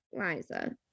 Liza